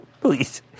please